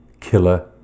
Killer